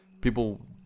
People